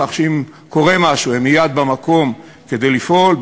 כך שאם קורה משהו הם מייד במקום כדי לפעול,